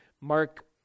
Mark